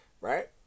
Right